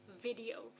video